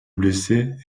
blessés